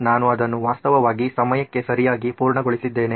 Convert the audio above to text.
ನಾನು ಅದನ್ನು ವಾಸ್ತವವಾಗಿ ಸಮಯಕ್ಕೆ ಸರಿಯಾಗಿ ಪೂರ್ಣಗೊಳಿಸಿದ್ದೇನೆ